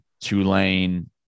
Tulane